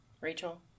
Rachel